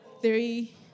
three